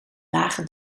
lage